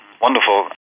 Wonderful